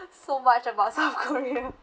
so much about south korea